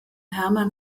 herman